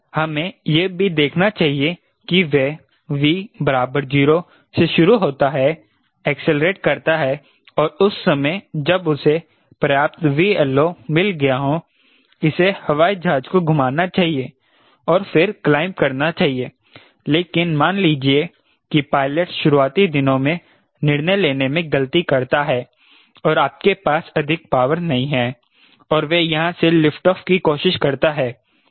हमें यह भी देखना चाहिए कि वह V 0 से शुरू होता है एक्सेलेरेट करता है और उस समय जब उसे पर्याप्त VLO मिल गया हो इसे हवाई जहाज को घुमाना चाहिए और फिर क्लाइंब करना चाहिए लेकिन मान लीजिए कि पायलट शुरुआती दिनों में निर्णय लेने में गलती करता है और आपके पास अधिक पॉवर नहीं है और वह यहाँ से लिफ्ट ऑफ की कोशिश करता है